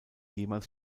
jemals